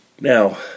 Now